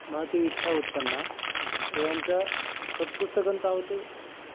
महती इच्छा उत्पन्ना एवञ्च तत् पुस्तकं तावत्